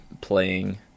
playing